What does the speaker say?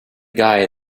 guy